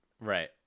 Right